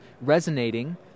resonating